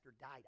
died